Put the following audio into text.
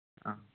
ಹಾಂ